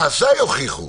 מעשיי יוכיחו.